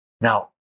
Now